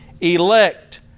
elect